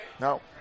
No